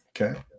Okay